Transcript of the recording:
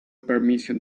permission